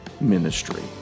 ministry